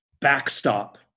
backstop